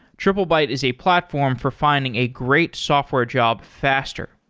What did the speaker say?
triplebyte is a platform for finding a great software job faster.